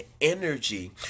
energy